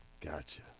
gotcha